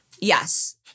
yes